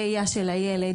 ראייה של הילד,